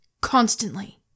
constantly